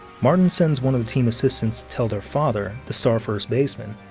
martin sends one of the team assistants to tell their father, the star first baseman,